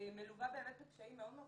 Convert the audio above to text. מלווה באמת בקשיים מאוד מרובים.